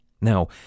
Now